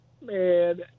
man